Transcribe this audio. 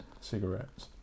cigarettes